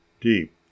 deep